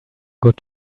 good